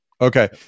Okay